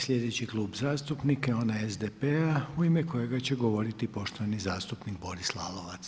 Sljedeći Klub zastupnika je onaj SDP-a, u ime kojega će govoriti, poštovani zastupnik Boris Lalovac.